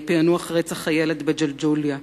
פענוח רצח הילד בג'לג'וליה.